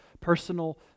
personal